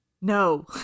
No